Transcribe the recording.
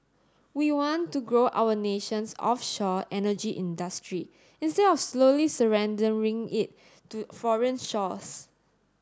we want to grow our nation's offshore energy industry instead of slowly surrendering it to foreign shores